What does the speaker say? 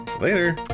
later